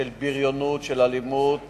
של בריונות, אלימות